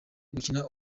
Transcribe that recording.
gukina